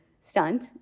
stunt